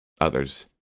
others